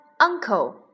uncle